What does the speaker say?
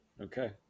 Okay